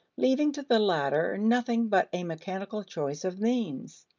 leaving to the latter nothing but a mechanical choice of means.